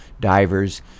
Divers